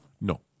No